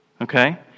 Okay